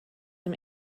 dem